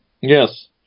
Yes